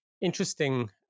interesting